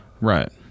Right